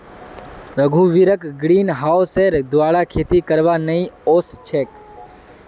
रघुवीरक ग्रीनहाउसेर द्वारा खेती करवा नइ ओस छेक